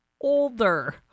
older